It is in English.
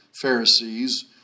Pharisees